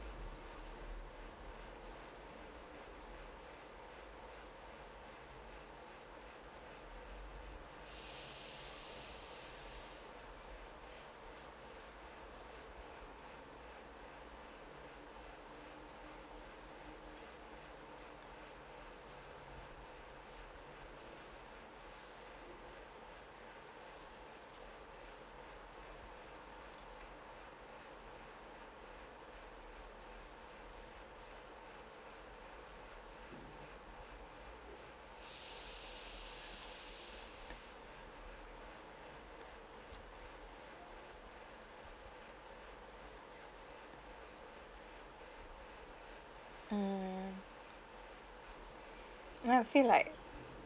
mm know I feel like